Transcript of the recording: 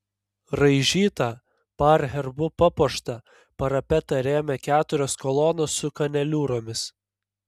raižytą par herbu papuoštą parapetą rėmė keturios kolonos su kaneliūromis